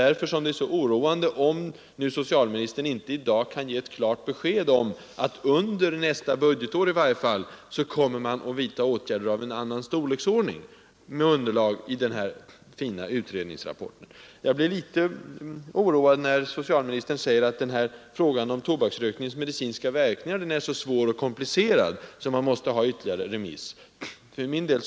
Därför är det så oroande, att socialministern i dag inte kan ge ett klart besked om att man i varje fall under nästa budgetår kommer att vidta åtgärder av en annan storlek, med underlag i utredningsrapporten. Jag blir litet oroad, när socialministern säger att frågan om tobaksrökningens medicinska verkningar är så svår och komplicerad att ytterligare remissbehandling krävs.